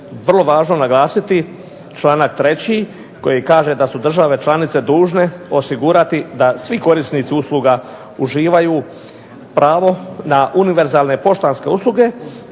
vrlo važno naglasiti članak 3. koji kaže da su države članice dužne osigurati da svi korisnici usluga uživaju pravo na univerzalne poštanske usluge